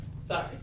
Sorry